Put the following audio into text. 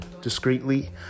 discreetly